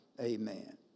Amen